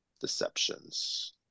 deceptions